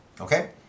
okay